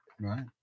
Right